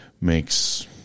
makes